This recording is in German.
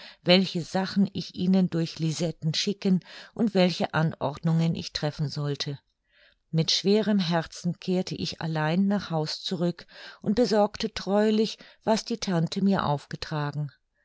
welche sachen ich ihnen durch lisetten schicken und welche anordnungen ich treffen sollte mit schwerem herzen kehrte ich allein nach haus zurück und besorgte treulich was die tante mir aufgetragen